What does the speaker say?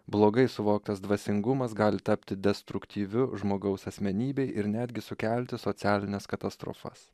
blogai suvoktas dvasingumas gali tapti destruktyviu žmogaus asmenybei ir netgi sukelti socialines katastrofas